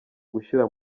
gushira